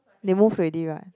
they move already right